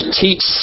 teach